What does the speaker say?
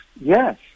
yes